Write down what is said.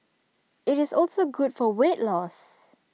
IT is also good for weight loss